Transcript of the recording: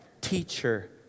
Teacher